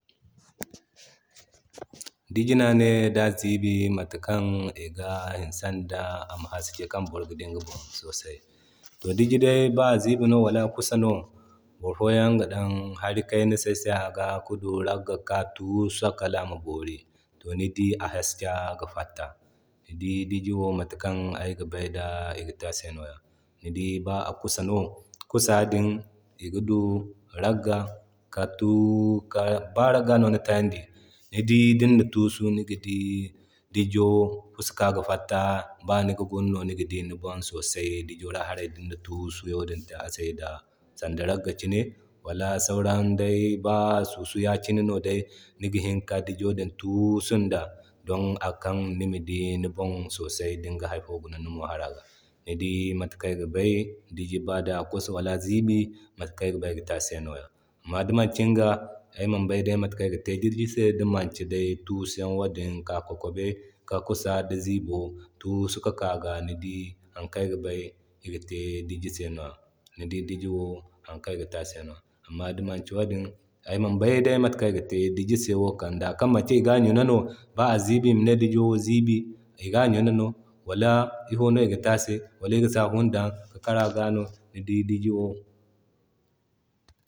Diji no ane da ziibi matakan iga hinsan da ama haske kan boro ga di iŋga bon sosai. To diji day ba a ziibi no wala kusa no boro foyan ga daŋ hari ka saysay aga ki du ragga ka tuusu kal ama boori, to ni dii a haska ga fatta. Ni dii diji wo mata kan ayga bay da iga te ase nwa. Ni dii ba a kusa no kusa din iga du ragga ki tuu ba ragga no ni tayandi ni dii dina tuusu niga di dijo fuska ga fatta ba niga guna no niga di ni bon sosay dijo ra haray dina tuusiyaŋ din te a se. Sanda ragga kine wala sauran day ba susu yakina no day, niga hini ka dijo din tuusun da, don akan nima di ni bon sosay dinga hari fo guna ni mooharay ga. Ni dii mate kaŋ ay ga bay diji ba day a kusa wala ziibi mate kan ayga bay iga te ase nwa. Amma di mankinga ayman bay day mata kaŋ iga te diji se di manki day tuusiyaŋo din ka kwakwabe ki kusa da ziibo tuusu kika a ga. Ni dii hari kan ayga bay iga te diji se nwa. Ni dii diji wo hari kan iga te ase nwa, Amma di manki wadin ayman bay matakan iga te diji se wo kam zaday kan manki iga ɲuna no ba a ziibi ima ne dijo ziibi iga ɲuna no wala ifono iga te ase wala iga safuun dan ki kara ga no, ni dii diji wo.